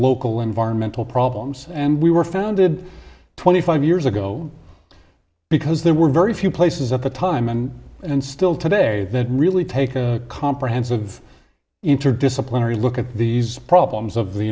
local environmental problems and we were founded twenty five years ago because there were very few places at the time and and still today that really take a comprehensive interdisciplinary look at these problems of the